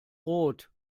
rot